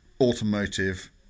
automotive